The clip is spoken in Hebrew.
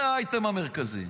וזה האייטם המרכזי.